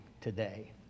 today